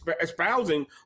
espousing